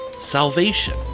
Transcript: salvation